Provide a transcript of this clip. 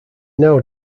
now